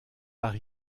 par